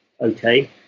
okay